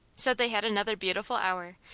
so they had another beautiful hour,